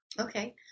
Okay